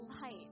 light